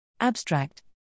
Abstract